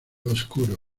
oscuro